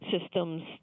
systems